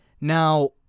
now